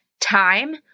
time